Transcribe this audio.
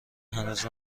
هنوز